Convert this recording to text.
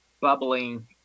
bubbling